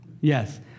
Yes